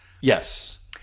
Yes